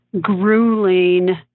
grueling